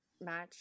match